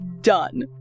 done